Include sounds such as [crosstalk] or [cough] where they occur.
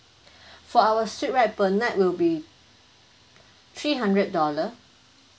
[breath] for our suite right per night will be three hundred dollar